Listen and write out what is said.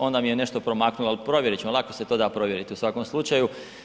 Onda mi je nešto promaknulo, ali provjerit ćemo, lako se to da provjeriti u svakom slučaju.